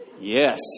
Yes